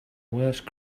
worst